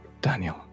Daniel